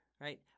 right